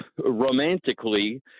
romantically